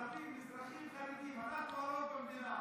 יאללה, ערבים, מזרחים, חרדים, אנחנו הרוב במדינה.